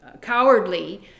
cowardly